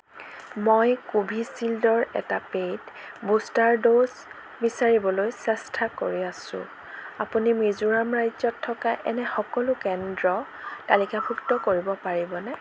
মই কোভিচিল্ডৰ এটা পে'ইড বুষ্টাৰ ড'জ বিচাৰিবলৈ চেষ্টা কৰি আছোঁ আপুনি মিজোৰাম ৰাজ্যত থকা এনে সকলো কেন্দ্ৰ তালিকাভুক্ত কৰিব পাৰিবনে